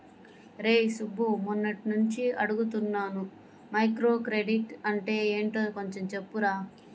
రేయ్ సుబ్బు, మొన్నట్నుంచి అడుగుతున్నాను మైక్రోక్రెడిట్ అంటే యెంటో కొంచెం చెప్పురా